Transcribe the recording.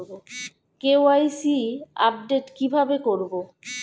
KYC update কি ভাবে করবো?